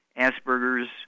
Asperger's